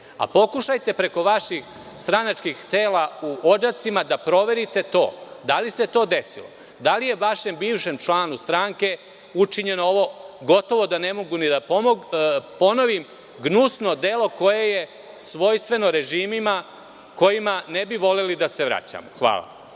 Pokušajte preko vaših stranačkih tela u Odžacima da proverite da li se to desilo, da li je vašem bivšem članu stranke učinjeno ovo, gotovo da ne mogu ni da ponovim, gnusno delo koje je svojstveno režimima kojima ne bi voleli da se vraćamo? Hvala.